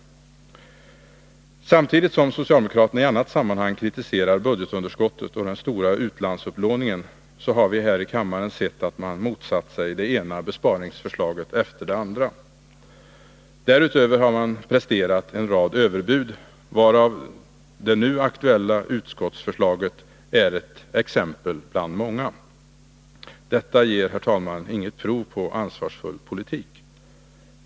Samtidigt som socialdemokraterna i annat sammanhang kritiserar budgetunderskottet och den stora utlandsupplåningen, har vi här i kammaren sett att de motsatt sig det ena besparingsförslaget efter det andra. Därutöver har de presterat en rad överbud, av vilka det nu aktuella utskottsförslaget är ett exempel bland många. Detta är, herr talman, inget prov på ansvarsfull politik.